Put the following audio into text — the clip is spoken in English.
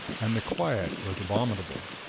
and the quiet was abominable.